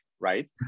right